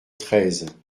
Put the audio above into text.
treize